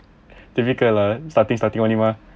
difficult lah starting starting only mah